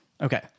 Okay